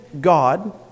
God